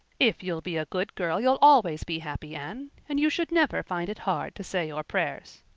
if you'll be a good girl you'll always be happy, anne. and you should never find it hard to say your prayers.